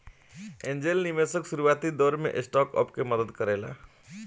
angel निवेशक शुरुआती दौर में स्टार्टअप के मदद करेला